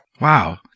Wow